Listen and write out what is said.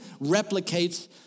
replicates